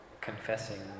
confessing